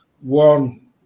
one